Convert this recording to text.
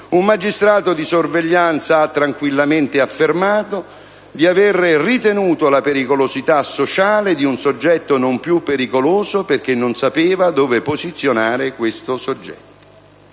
un magistrato di sorveglianza ha tranquillamente affermato di aver ritenuto la pericolosità sociale di un soggetto non più pericoloso perché non sapeva dove posizionare il soggetto